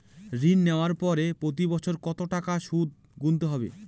ঋণ নেওয়ার পরে প্রতি বছর কত টাকা সুদ গুনতে হবে?